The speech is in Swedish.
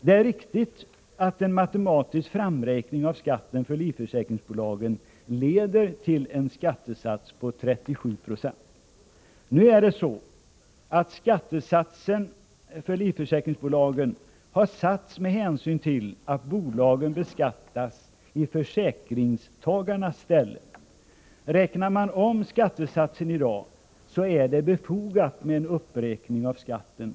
Det är riktigt att en matematisk framräkning av skatten för livförsäkringsbolagen ger till resultat en skattesats på 37 26. Nu är det så att skattesatsen för livförsäkringsbolagen har satts med hänsyn till att bolagen beskattas i försäkringstagarnas ställe. Räknar man om skattesatsen i dag är det befogat med en uppräkning av skatten.